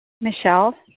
michelle